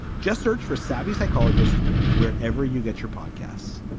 just search for savvy psychologist wherever you get your podcasts